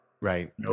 Right